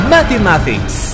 Mathematics